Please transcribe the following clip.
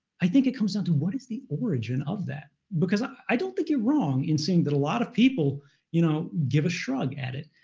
i think it comes down to what is the origin of that. because i don't think you're wrong in saying that a lot of people you know give a shrug at it.